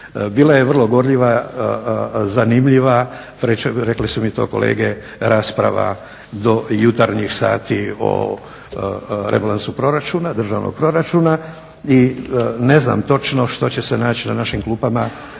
bila je vrlo gorljiva, zanimljiva rekli su mi to kolege rasprava do jutarnjih sati o rebalansu državnog proračuna i ne znam točno što će se naći na našim klupama